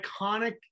iconic